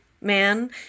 Man